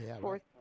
fourth